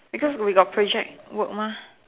because we got project work mah